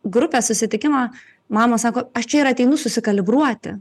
grupės susitikimą mamos sako aš čia ir ateinu susikalibruoti